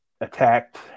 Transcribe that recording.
attacked